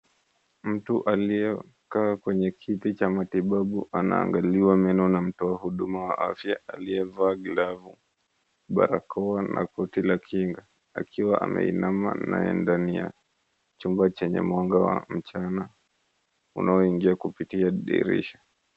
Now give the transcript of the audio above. Mtu aliyekaa kwenye kiti cha matibabu ana angaliwa meno na mtu wa huduma wa afya aliyevaa glavu , barakoa na koti la kinga. Akiwa ameinama naye ndani ya chumba chenye mwanga wa mchana unaoingia kupitia dirisha.